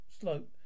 slope